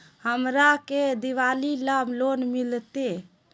हमरा के दिवाली ला लोन मिलते?